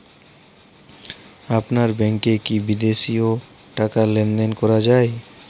আপনার ব্যাংকে কী বিদেশিও টাকা লেনদেন করা যায়?